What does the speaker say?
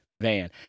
van